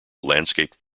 landscaped